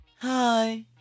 Hi